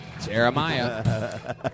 Jeremiah